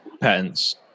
patents